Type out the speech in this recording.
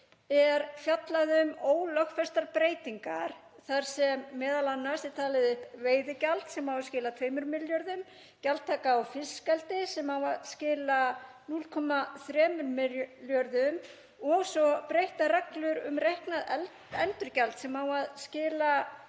er fjallað um ólögfestar breytingar þar sem m.a. er talið upp veiðigjald, sem á að skila 2 milljörðum, gjaldtaka á fiskeldi, sem á að skila 0,3 milljörðum, og svo breyttar reglur um reiknað endurgjald, sem á að skila